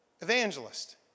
evangelist